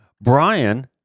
Brian